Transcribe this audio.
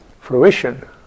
fruition